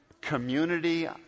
community